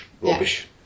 rubbish